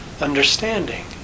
understanding